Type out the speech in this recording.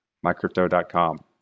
mycrypto.com